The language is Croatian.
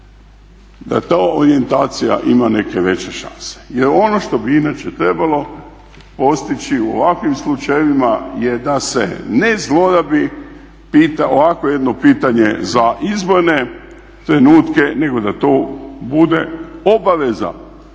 da ta orijentacija ima neke veće šanse jer ono što bi inače trebalo postići u ovakvim slučajevima je da se ne zlorabi ovako jedno pitanje za izborne trenutne nego da to bude obaveza